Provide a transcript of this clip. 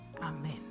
amen